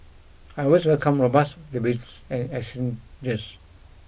I always welcome robust debates and exchanges